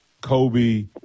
Kobe